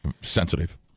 sensitive